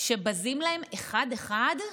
שבזים להם אחד-אחד?